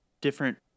different